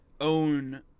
own